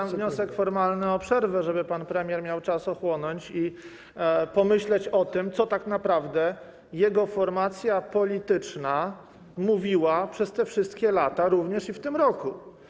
Mam wniosek formalny o przerwę, żeby pan premier miał czas ochłonąć i pomyśleć o tym, co tak naprawdę jego formacja polityczna mówiła przez te wszystkie lata, również i w tym roku.